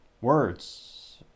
Words